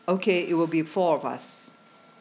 okay it will be four of us